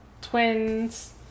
twins